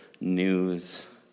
news